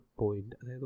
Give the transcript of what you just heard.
point